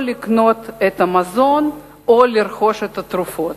או לקנות מזון או לרכוש תרופות.